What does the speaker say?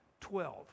Twelve